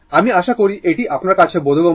আমি আশা করি এটি আপনার কাছে বোধগম্য